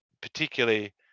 particularly